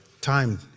time